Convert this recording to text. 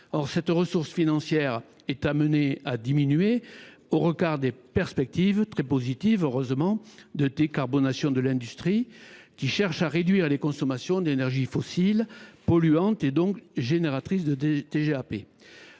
Or cette ressource financière est amenée à diminuer, au regard des perspectives tout à fait positives – et c’est heureux – de décarbonation de l’industrie, qui cherche à réduire les consommations d’énergies fossiles polluantes, donc génératrices de TGAP